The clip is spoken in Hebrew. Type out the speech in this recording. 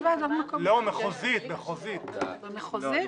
אתם יכולים